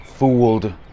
Fooled